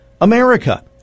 America